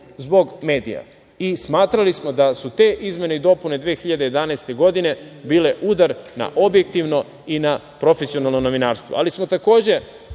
zbog medija. Smatrali smo da su te izmene i dopune 2011. godine bile udar na objektivno i na profesionalno novinarstvo. Takođe,